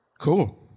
Cool